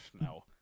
No